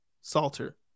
Salter